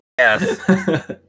Yes